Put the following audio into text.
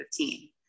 2015